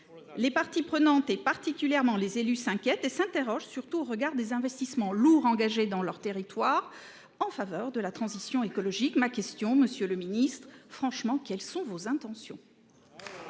Les parties prenantes, particulièrement les élus, s'inquiètent et s'interrogent, surtout au regard des investissements lourds engagés dans leur territoire en faveur de la transition écologique. Ma question, monsieur le ministre, est simple : quelles sont franchement vos intentions ?